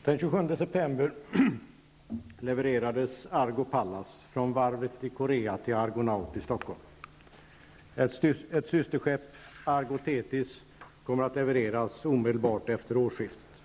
Herr talman! Den 27 september levererades Argo Stockholm. Ett systerskepp, Argo Thetis, kommer att levereras omedelbart efter årsskiftet.